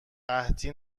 قحطی